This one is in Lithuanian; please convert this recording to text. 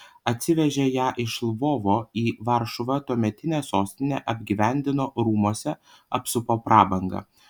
atsivežė ją iš lvovo į varšuvą tuometinę sostinę apgyvendino rūmuose apsupo prabanga